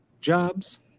jobs